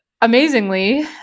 amazingly